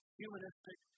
humanistic